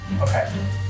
Okay